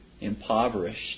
impoverished